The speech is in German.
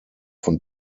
von